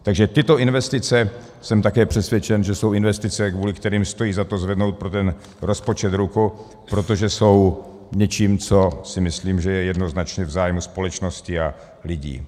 Takže tyto investice, jsem také přesvědčen, že jsou investice, kvůli kterým stojí za to zvednout pro ten rozpočet ruku, protože jsou něčím, co si myslím, že je jednoznačně v zájmu společnosti a lidí.